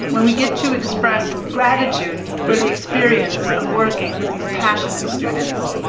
when we get to express gratitude for the experience of working with these passionate students.